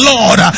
Lord